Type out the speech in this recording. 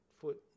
foot